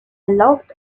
locked